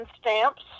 stamps